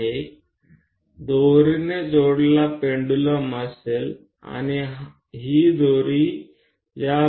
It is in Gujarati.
અહીંયા પેન્ડુલમ એ એક દોરડા દ્વારા જોડાયેલુ છે અને આ દોરડું ઉપરની તરફ જાય છે